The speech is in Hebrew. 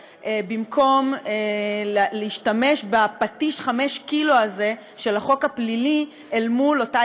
במקום להשתמש בפטיש חמש קילו הזה של החוק הפלילי אל מול אותה